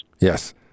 Yes